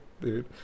dude